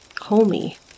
homey